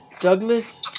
Douglas